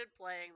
playing